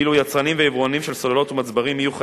ואילו יצרנים ויבואנים של סוללות ומצברים יהיו חייבים,